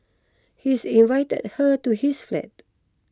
he's invited her to his flat